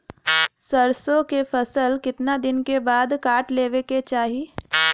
सरसो के फसल कितना दिन के बाद काट लेवे के चाही?